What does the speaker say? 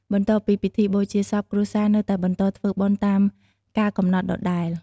បន្ទាប់ពីពិធីបូជាសព គ្រួសារនៅតែបន្តធ្វើបុណ្យតាមកាលកំណត់ដដែល។